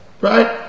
Right